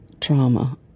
trauma